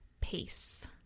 pace